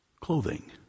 clothing